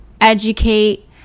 educate